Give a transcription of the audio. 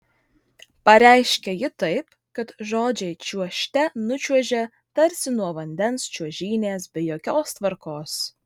pareiškia ji taip kad žodžiai čiuožte nučiuožia tarsi nuo vandens čiuožynės be jokios tvarkos